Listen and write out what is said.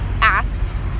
asked